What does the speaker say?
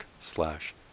slash